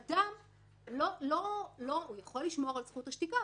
הוא יכול לשמור על זכות השתיקה,